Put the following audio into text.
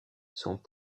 sont